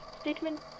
Statement